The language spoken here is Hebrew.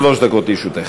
שלוש דקות לרשותך.